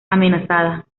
amenazada